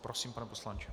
Prosím, pane poslanče.